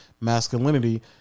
masculinity